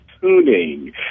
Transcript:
tuning